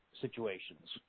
situations